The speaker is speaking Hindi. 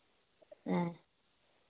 हाँ